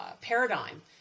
paradigm